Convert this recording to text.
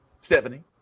Stephanie